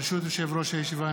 ברשות יושב-ראש הישיבה,